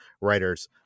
Writers